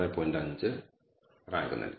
5 rank നൽകി